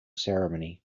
ceremony